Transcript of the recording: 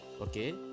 Okay